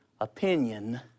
opinion